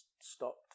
stopped